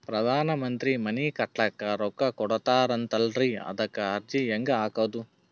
ಪ್ರಧಾನ ಮಂತ್ರಿ ಮನಿ ಕಟ್ಲಿಕ ರೊಕ್ಕ ಕೊಟತಾರಂತಲ್ರಿ, ಅದಕ ಅರ್ಜಿ ಹೆಂಗ ಹಾಕದು?